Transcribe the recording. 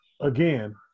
again